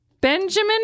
Benjamin